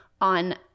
on